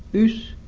oose.